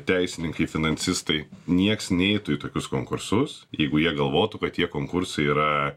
teisininkai finansistai nieks neitų į tokius konkursus jeigu jie galvotų kad tie konkursai yra